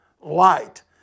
light